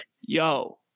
yo